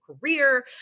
career